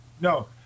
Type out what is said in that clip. no